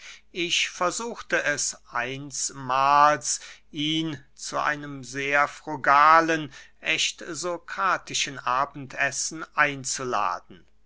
ich versuchte es einsmahls ihn zu einem sehr frugalen ächt sokratischen abendessen einzuladen